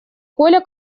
коля